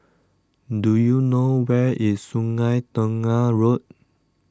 do you know where is Sungei Tengah Road